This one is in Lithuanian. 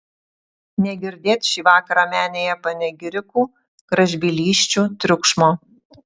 negirdėt šį vakarą menėje panegirikų gražbylysčių triukšmo